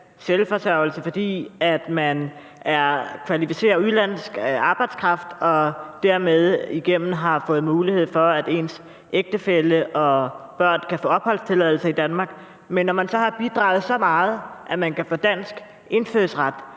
selv, altså fordi man er kvalificeret udenlandsk arbejdskraft, og man derigennem har fået mulighed for, at ens ægtefælle og børn kan få opholdstilladelse i Danmark, så pludselig skal vælge. Altså, når man så har bidraget så meget, at man kan få dansk indfødsret,